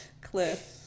cliff